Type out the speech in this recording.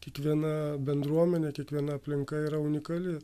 kiekviena bendruomenė kiekviena aplinka yra unikali